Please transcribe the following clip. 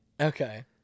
Okay